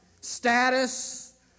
status